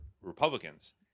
republicans